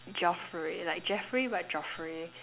Geoffrey like Jeffery but Geoffrey